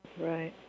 Right